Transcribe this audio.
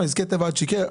תשמע,